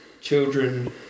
children